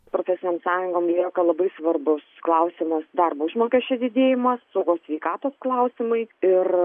profesinėm sąjungom lieka labai svarbus klausimas darbo užmokesčio didėjimas saugos sveikatos klausimai ir